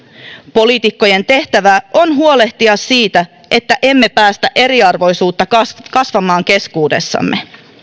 poliitikkojen tehtävä on huolehtia siitä että emme päästä eriarvoisuutta kasvamaan keskuudessamme